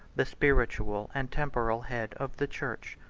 the spiritual and temporal head of the church.